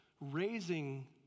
raising